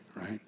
Right